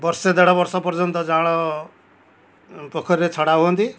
ବର୍ଷେ ଦେଡ଼ବର୍ଷ ପର୍ଯ୍ୟନ୍ତ ଯାଆଁଳ ପୋଖରୀରେ ଛଡ଼ା ହୁଅନ୍ତି